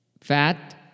Fat